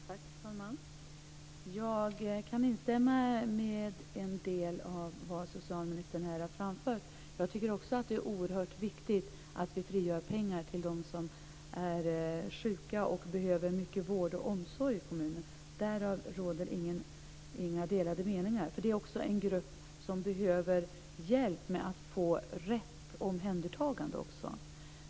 Herr talman! Jag kan instämma med en del av vad socialministern här har framfört. Också jag tycker att det är oerhört viktigt att vi frigör pengar till dem som är sjuka och behöver mycket vård och omsorg i kommunen. Därom råder inga delade meningar. Det är också en grupp som behöver hjälp med att få rätt omhändertagande.